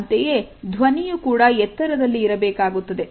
ಅಂತೆಯೇ ಧ್ವನಿಯು ಕೂಡ ಎತ್ತರದಲ್ಲಿ ಇರಬೇಕಾಗುತ್ತದೆ